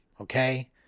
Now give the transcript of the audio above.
okay